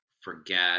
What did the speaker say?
forget